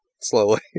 slowly